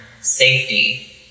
safety